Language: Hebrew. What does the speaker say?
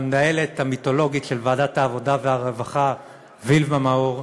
למנהלת המיתולוגית של ועדת העבודה והרווחה וילמה מאור,